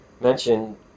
mentioned